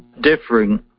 Differing